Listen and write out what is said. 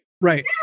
right